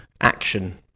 action